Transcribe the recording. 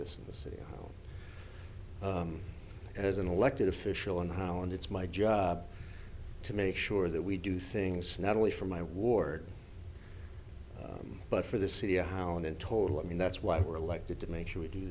this in the city as an elected official in ohio and it's my job to make sure that we do things not only for my ward but for the city how and in total i mean that's why we're elected to make sure we do